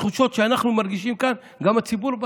התחושות שאנחנו מרגישים כאן, גם הציבור שבשדה,